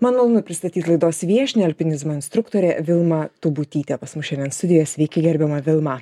man malonu pristatyt laidos viešnią alpinizmo instruktorė vilma tubutytė pas mus šiandien studijoj sveiki gerbiama vilma